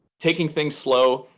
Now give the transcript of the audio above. taking things slow,